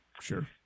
Sure